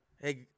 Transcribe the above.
Hey